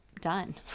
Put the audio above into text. done